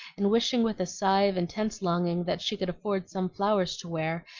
and wishing with a sigh of intense longing that she could afford some flowers to wear,